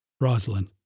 Rosalind